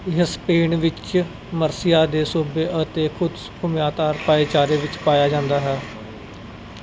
ਇਹ ਸਪੇਨ ਵਿੱਚ ਮਰਸੀਆ ਦੇ ਸੂਬੇ ਅਤੇ ਖੁਦ ਮੁਖਤਿਆਰ ਭਾਈਚਾਰੇ ਵਿੱਚ ਪਾਇਆ ਜਾਂਦਾ ਹੈ